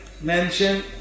mention